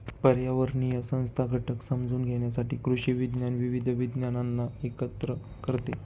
पर्यावरणीय संस्था घटक समजून घेण्यासाठी कृषी विज्ञान विविध विज्ञानांना एकत्र करते